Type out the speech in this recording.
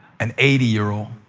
an eighty year old.